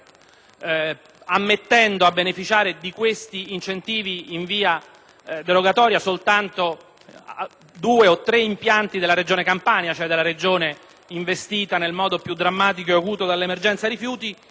ammettendo a beneficiare di tali incentivi in via derogatoria soltanto due o tre impianti della Campania, cioè della Regione investita nel modo più drammatico dall'emergenza rifiuti.